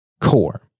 core